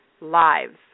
lives